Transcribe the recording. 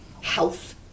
health